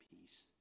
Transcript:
peace